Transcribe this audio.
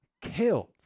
killed